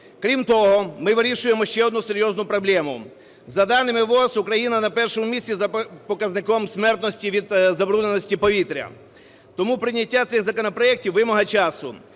Крім того ми вирішуємо ще одну серйозну проблему. За даними ВООЗ, Україна на першому місця за показником смертності від забрудненості повітря. Тому прийняття цих законопроектів – вимога часу.